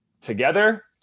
together